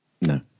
No